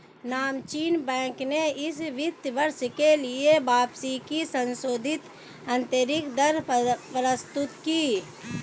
नामचीन बैंक ने इस वित्त वर्ष के लिए वापसी की संशोधित आंतरिक दर प्रस्तुत की